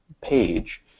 page